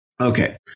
Okay